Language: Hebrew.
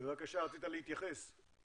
בבקשה, רצית להתייחס.